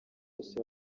cyose